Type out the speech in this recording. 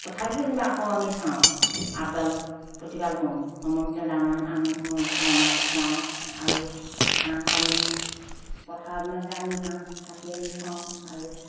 তথাপিতো কিবা আকৌ আমি চাওঁ আপডাল প্ৰতিপাল কৰোঁ সময়মতে দানা আনো বনাওঁ খুৱাওঁ আৰু ঘাঁহ পানী পথাৰৰ দিনত যে আমি ঘাঁহ কাটি আনি খুৱাওঁ আৰু